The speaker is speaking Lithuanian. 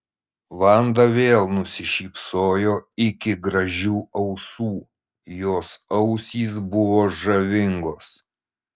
vanda vėl nusišypsojo iki gražių ausų jos ausys buvo žavingos